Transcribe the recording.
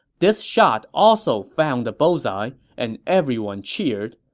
this shot also found the bullseye, and everyone cheered.